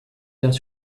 vient